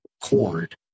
cord